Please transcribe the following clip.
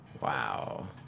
Wow